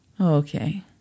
Okay